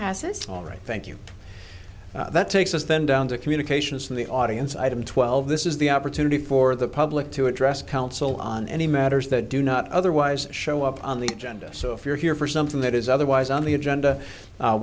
passes all right thank you that takes us then down to communications for the audience item twelve this is the opportunity for the public to address council on any matters that do not otherwise show up on the agenda so if you're here for something that is otherwise on the agenda